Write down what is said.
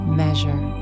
measure